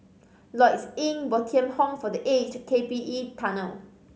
Lloyds Inn Bo Tien Home for The Aged K P E Tunnel